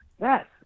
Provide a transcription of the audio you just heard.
yes